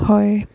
হয়